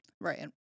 right